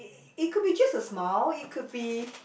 it could be just a smile it could be